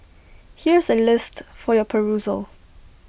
here's A list for your perusal